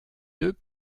deux